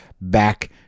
back